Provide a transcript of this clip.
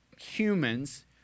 humans